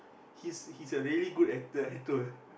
he's he's a really good actor